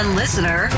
listener